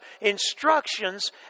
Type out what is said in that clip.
instructions